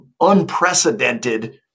unprecedented